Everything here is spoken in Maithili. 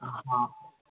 हँ हँ